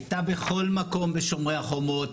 הייתה בכל מקום בשומר החומות.